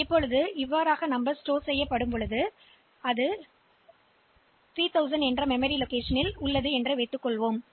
இப்போது இந்த எண்ணை இவ்வாறு சேமித்து வைத்திருந்தால் அந்த எண் நினைவக இருப்பிடம் 3000 இல் சேமிக்கப்படுகிறது என்று வைத்துக்கொள்வோம்